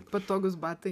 patogūs batai